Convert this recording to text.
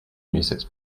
music